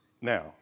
Now